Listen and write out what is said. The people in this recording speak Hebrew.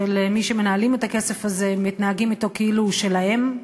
שמי שמנהלים את הכסף הזה מתנהגים אתו כאילו הוא שלהם,